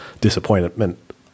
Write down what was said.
disappointment